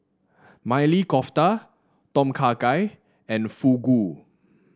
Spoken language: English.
Maili Kofta Tom Kha Gai and Fugu